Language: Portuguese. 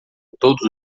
todos